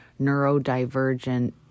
neurodivergent